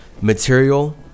material